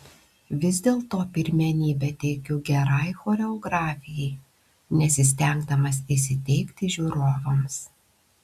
vis dėlto pirmenybę teikiu gerai choreografijai nesistengdamas įsiteikti žiūrovams